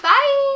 Bye